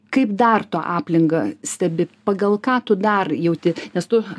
kaip dar tu aplinką stebi pagal ką tu dar jauti nes tu